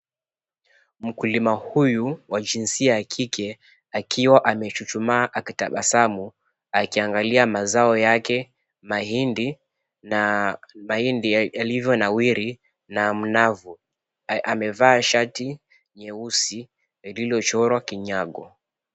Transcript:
Mkulima huyu wa jinsia ya kike akiwa amechuchuma akitabasamu akiangalia mazao yake, mahindi na mahindi yalivyonawiri na mnavu, amevaa shati nyeusi lililochorwa kinyago.